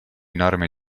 norme